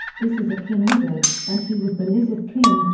this is a king lizard, and he was the lizard king,